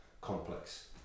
complex